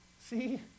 See